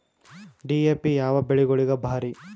DAP ಯಾವ ಬೆಳಿಗೊಳಿಗ ಭಾರಿ?